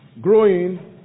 Growing